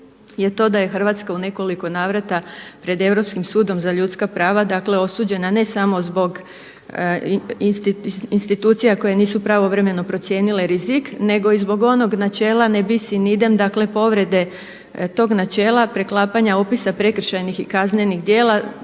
je to da je Hrvatska u nekoliko navrata pred Europskim sudom za ljudska prava osuđena ne samo zbog institucija koje nisu pravovremeno procijenile rizik nego i zbog onog načela … dakle povrede tog načela, preklapanja opisa prekršajnih i kaznenih djela,